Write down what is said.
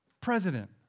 president